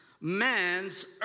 man's